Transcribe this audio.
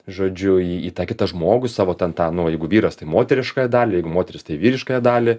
žodžiu į į tą kitą žmogų savo ten tą nu jeigu vyras tai į moteriškąją dalį jeigu moteris tai vyriškąją dalį